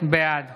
בעד